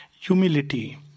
Humility